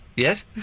Yes